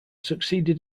succeeded